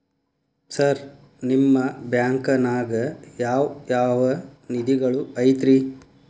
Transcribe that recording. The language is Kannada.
ಸರ್ ನಿಮ್ಮ ಬ್ಯಾಂಕನಾಗ ಯಾವ್ ಯಾವ ನಿಧಿಗಳು ಐತ್ರಿ?